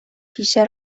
پیشه